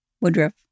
Woodruff